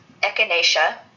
echinacea